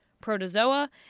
protozoa